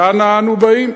ואנה אנו באים?